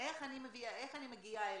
איך אני מביאה אליהם.